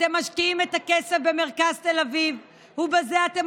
אתם משקיעים את הכסף במרכז תל אביב ובזה אתם